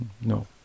No